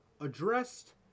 addressed